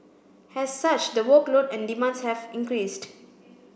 as such the workload and demands have increased